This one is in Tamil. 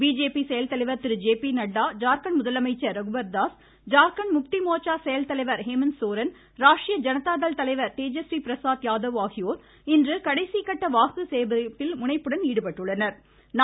பிஜேபி செயல்தலைவர் திரு ஜே பி நட்டா ஜார்கண்ட் முதலமைச்சர் ரகுபர்தாஸ் ஜார்கண்ட் முக்திமோர்சா செயல்தலைவர் ஹேமந்த் சோரன் ராஷ்ட்ரிய ஜனதாதள் தலைவர் தேஜஸ்வி பிரசாத் யாதவ் ஆகியோர் இன்று கடைசி கட்ட வாக்கு சேகரிப்பில் முனைப்புடன் ஈடுபட்டுள்ளனர்